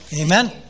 Amen